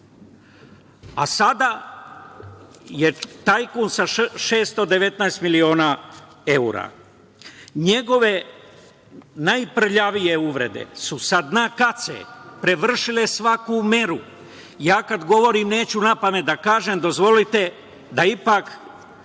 a sada je tajkun sa 619 miliona evra. Njegove najprljavije uvrede su sa dna kace prevršile svaku meru. Ja kad govorim neću napamet da kažem, dozvolite da ipak